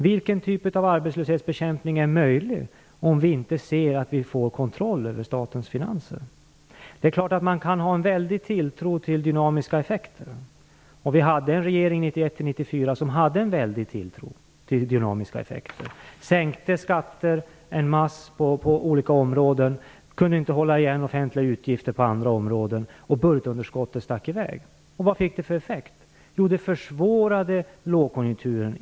Vilken typ av arbetslöshetsbekämpning är möjlig om vi inte ser till att få kontroll över statens finanser? Det är klart att man kan ha en väldig tilltro till dynamiska effekter. Vi hade en regering 1991-94 som hade det, som sänkte skatter en masse på olika områden, inte kunde hålla igen offentliga utgifter på andra områden, och budgetunderskottet stack i väg. Vad fick det för effekt? Jo, det försvårade lågkonjunkturen.